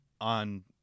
on